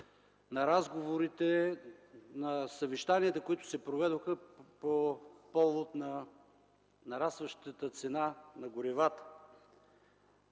на разговорите, на съвещанията, които се проведоха по повод нарастващата цена на горивата.